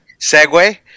segue